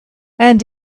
and